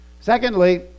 Secondly